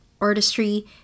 artistry